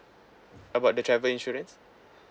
about the travel insurance